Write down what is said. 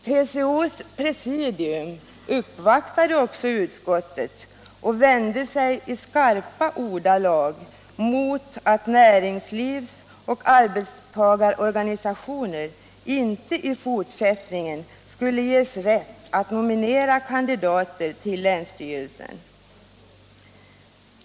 TCO:s presidium uppvaktade också utskottet och vände sig i skarpa ordalag mot att näringslivs och arbetstagarorganisationer inte i fortsättningen skulle ges rätt att nominera kandidater till länsstyrelsen.